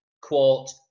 Quote